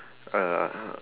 uh